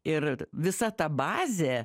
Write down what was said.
ir visa ta bazė